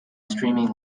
streaming